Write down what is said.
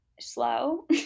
slow